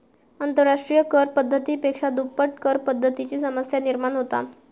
आंतरराष्ट्रिय कर पद्धती पेक्षा दुप्पट करपद्धतीची समस्या निर्माण होता